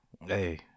Hey